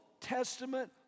Testament